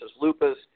lupus